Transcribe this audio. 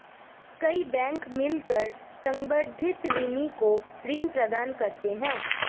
कई बैंक मिलकर संवर्धित ऋणी को ऋण प्रदान करते हैं